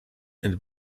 and